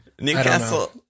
Newcastle